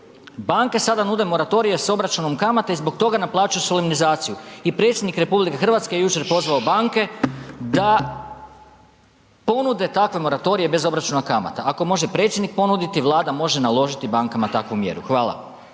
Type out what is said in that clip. banke sada nude moratorije s obračunom kamata i zbog toga naplaćuju solemnizaciju i predsjednik RH je jučer pozvao banke da ponude takve moratorije bez obračuna kamata. Ako može predsjednik ponudi, Vlada može naložiti bankama takvu mjeru. Hvala.